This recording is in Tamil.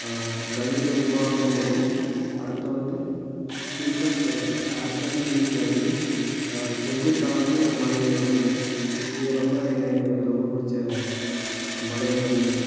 ஆ கணித உபாக முறை அடுத்த வந்து ஸ்டீபெஸ்ட் அஷன்ட் ஹில் கிளைம்பிங் செங்குத்தாக மலை ஏறும் முறை இது ரொம்ப எனக்கு ரொம்ப பிடிச்ச மலை ஏறும்